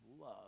love